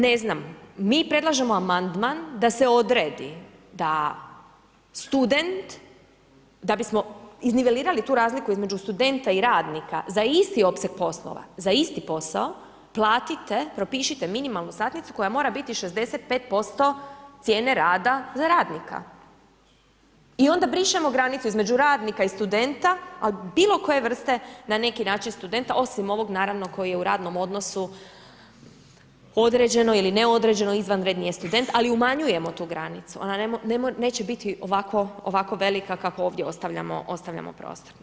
Ne znam, mi predlažemo amandman da se odredi, da student, da bismo iznivelirali tu razliku između studenta i radnika za isti opseg poslova, za isti posao, platite, propišite minimalnu satnicu koja mora biti 65% cijene rada za radnika i onda brišemo granicu između radnika i studenta, a bilo koje vrste na neki način studenta, osim ovog naravno koji je u radnom odnosu, određeno ili neodređeno, izvanredni je student ali umanjujemo tu granicu, ona neće biti ovako velika kako ovdje ostavljamo, ostavljamo prostor.